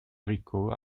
rico